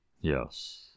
Yes